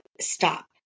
stop